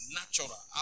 natural